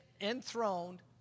enthroned